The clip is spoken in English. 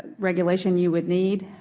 regulation you would need,